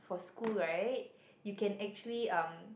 for school right you can actually um